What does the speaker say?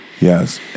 Yes